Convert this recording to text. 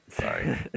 Sorry